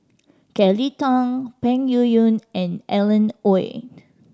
Kelly Tang Peng Yuyun and Alan Oei